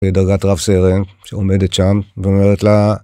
בדרגת רב סרן, שעומדת שם ואומרת לה